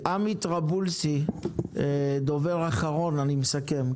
רמי טרבולסקי, דובר אחרון לפני שאסכם.